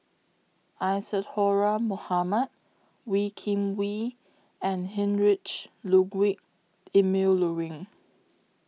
Isadhora Mohamed Wee Kim Wee and Heinrich Ludwig Emil Luering